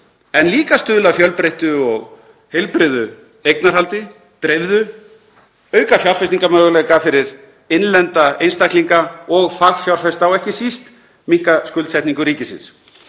en líka stuðla að fjölbreyttu og heilbrigðu eignarhaldi, dreifðu, auka fjárfestingarmöguleika fyrir innlenda einstaklinga og fagfjárfesta og ekki síst minnka skuldsetningu ríkisins.